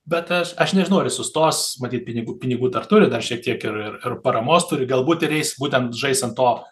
bet aš aš nežinau ar ji sustos matyt pinig pinigų dar turi dar šiek tiek ir paramos turi galbūt ir eis būtent žais ant to